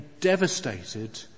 devastated